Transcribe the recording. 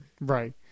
Right